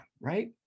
Right